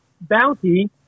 bounty